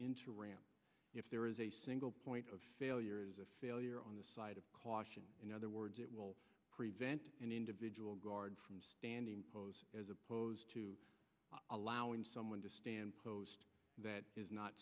into ram if there is a single point of failure is a failure on the side of caution in other words it will prevent an individual guard from standing pose as opposed to allowing someone to stand post that is not